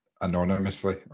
anonymously